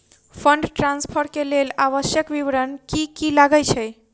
Fund transfer केँ लेल आवश्यक विवरण की की लागै छै?